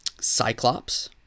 Cyclops